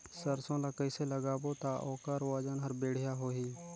सरसो ला कइसे लगाबो ता ओकर ओजन हर बेडिया होही?